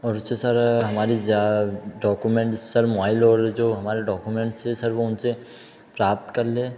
और जो सर हमारी डौकुमेंट्स सर मुआइल और जो हमारे डौकुमेंट्स है सर वो उनसे प्राप्त कर लें